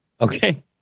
Okay